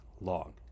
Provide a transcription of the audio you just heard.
long